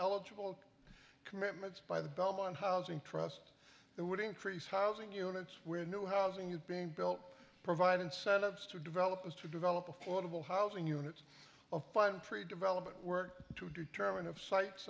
eligible commitments by the belmont housing trust it would increase housing units where new housing is being built provide incentives to developers to develop affordable housing units of fun pre development work to determine if sites